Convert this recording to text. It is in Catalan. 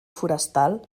forestal